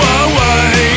away